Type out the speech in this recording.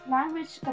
Language